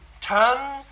turn